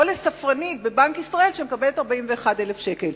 או לספרנית בבנק ישראל שמקבלת 41,000 שקל.